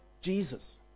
Jesus